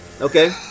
Okay